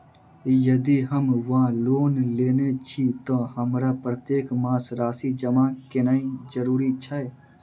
यदि हम ऋण वा लोन लेने छी तऽ हमरा प्रत्येक मास राशि जमा केनैय जरूरी छै?